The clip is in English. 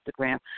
Instagram